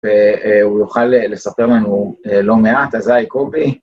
והוא יוכל לספר לנו לא מעט, אז היי קובי.